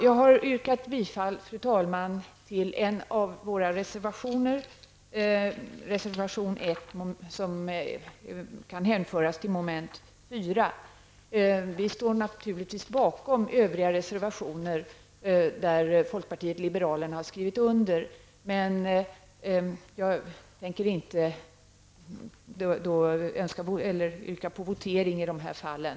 Jag har, fru talman, yrkat bifall till en av våra reservationer, nr 1, som kan hänföras till mom. 4. Vi står naturligtvis bakom övriga reservationer där folkpartiet liberalerna finns med, men jag tänker för tids vinnande inte begära votering i de fallen.